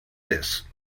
this